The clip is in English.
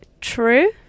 True